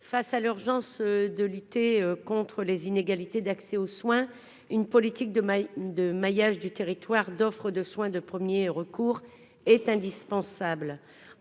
Face à l'urgence à lutter contre les inégalités d'accès aux soins, une politique de maillage du territoire d'offre de soins de premier recours est indispensable.